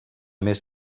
més